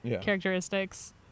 characteristics